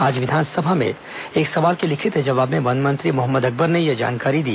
आज विधानसभा में एक सवाल के लिखित जवाब में वन मंत्री मोहम्मद अकबर ने यह जानकारी दी